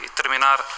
terminar